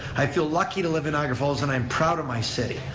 i feel lucky to live in niagara falls and i'm proud of my city.